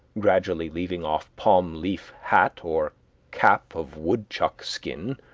gradually leaving off palm-leaf hat or cap of woodchuck skin,